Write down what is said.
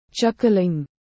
Chuckling